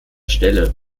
stelle